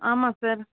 ஆமாம் சார்